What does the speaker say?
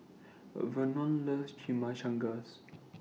Vernon loves Chimichangas